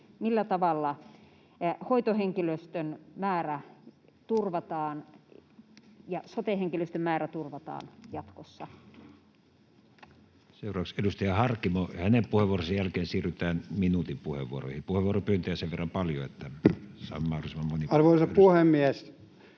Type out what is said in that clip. millä tavalla hoitohenkilöstön määrä turvataan ja sote-henkilöstön määrä turvataan jatkossa. Seuraavaksi edustaja Harkimo. Hänen puheenvuoronsa jälkeen siirrytään minuutin puheenvuoroihin. Puheenvuoropyyntöjä on sen verran paljon, että saamme mahdollisimman monelle vuoron. Arvoisa puhemies,